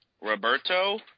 Roberto